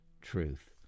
truth